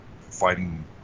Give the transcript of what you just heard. Fighting